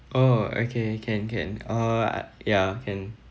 oh okay can can ah yeah can